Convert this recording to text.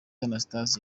anastase